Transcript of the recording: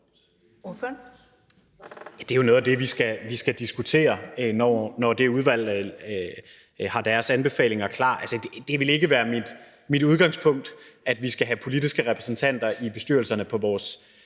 Det er jo noget af det, vi skal diskutere, når det udvalg har deres anbefalinger klar. Det vil ikke være mit udgangspunkt, at vi skal have politiske repræsentanter i bestyrelserne på de